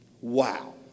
Wow